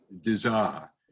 desire